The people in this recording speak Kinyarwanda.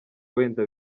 wenda